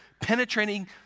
penetrating